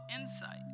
insight